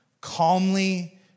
calmly